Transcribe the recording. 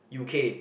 U_K